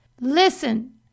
Listen